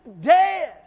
dead